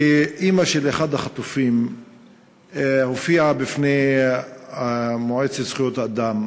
שאימא של אחד החטופים הופיעה בפני מועצת זכויות אדם,